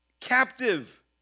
captive